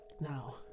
Now